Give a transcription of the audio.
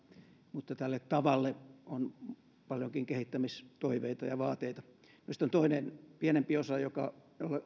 mutta tälle tavalle on paljonkin kehittämistoiveita ja vaateita sitten on toinen pienempi osa joka